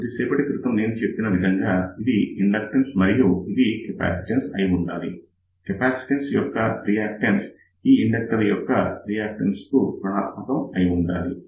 కొద్దిసేపటి క్రితం నేను చెప్పిన విధంగా ఇది ఇండక్టన్స్ మరియు ఇది కెపాసిటన్స్ అయి ఉండాలి కెపాసిటన్స్ యొక్క రియాక్టన్స్ ఈ ఇండక్టర్ యొక్క రియాక్టన్స్ కు రుణాత్మకం అయి ఉండాలి